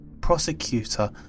prosecutor